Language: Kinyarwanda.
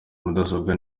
mudasobwa